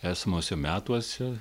esamuose metuose